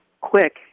quick